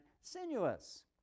sinuous